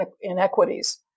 inequities